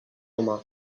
humà